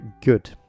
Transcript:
good